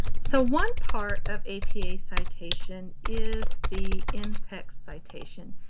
so one part of apa citation is the in-text citation.